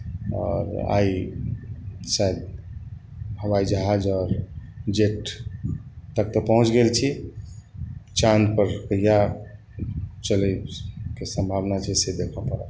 आओर आइ सभ हवाइ जहाज आओर जेट तक तऽ पहुँच गेल छी चाँदपर कहिआ चलैके सम्भावना छै से देखय पड़त